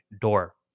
door